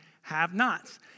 have-nots